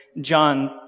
John